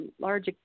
large